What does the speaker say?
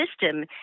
system